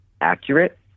accurate